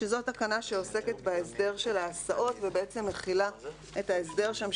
זו תקנה שעוסקת בהסדר של ההסעות ומכילה את ההסדר שם,